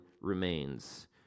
remains